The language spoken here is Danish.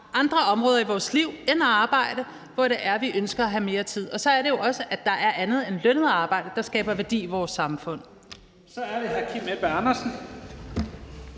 andre områder i vores liv end arbejde, hvor vi ønsker at have mere tid. Og så er det jo også sådan, at der er andet end lønnet arbejde, der skaber værdi i vores samfund. Kl. 21:03 Første næstformand